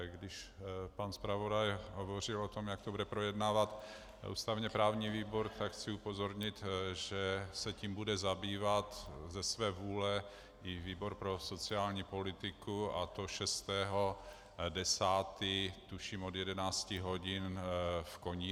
Když pan zpravodaj hovořil o tom, jak to bude projednávat ústavněprávní výbor, tak chci upozornit, že se tím bude zabývat ze své vůle i výbor pro sociální politiku, a to 6. 10., tuším od 11 hodin v Konírně.